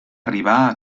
arribar